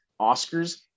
Oscars